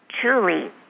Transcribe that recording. truly